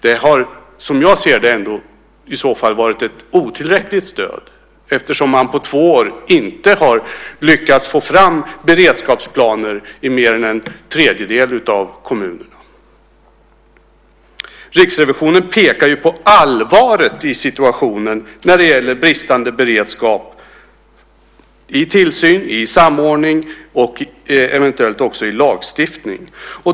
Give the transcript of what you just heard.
Det har som jag ser det i så fall ändå varit ett otillräckligt stöd eftersom man på två år inte har lyckats få fram beredskapsplaner i mer än en tredjedel av kommunerna. Riksrevisionen pekar ju på allvaret i situationen när det gäller bristande beredskap i tillsyn, samordning och eventuellt också i lagstiftning.